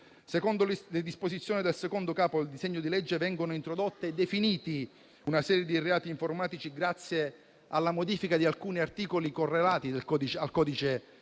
Secondo le disposizioni del Capo II del disegno di legge viene introdotta e definita una serie di reati informatici grazie alla modifica di alcuni articoli correlati al codice penale,